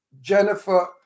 Jennifer